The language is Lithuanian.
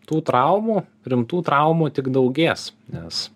tų traumų rimtų traumų tik daugės nes